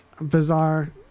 bizarre